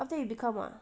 after you become ah